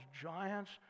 giants